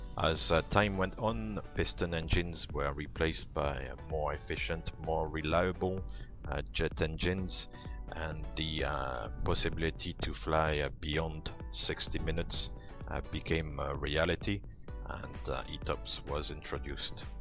as time went on, piston engines were replaced by ah more efficient, more reliable jet engines and the possibility to fly ah beyond sixty minutes became a reality and etops was introduced.